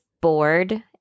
bored